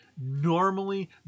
normally